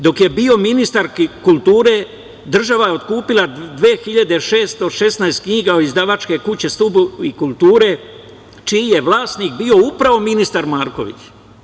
Dok je bio ministar kulture država je otkupila 2.616 knjiga od izdavačke kuće „Stubovi kulture“ čiji je vlasnik bio upravo ministar Marković.